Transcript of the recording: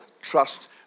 Trust